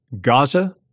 Gaza